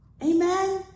Amen